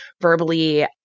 verbally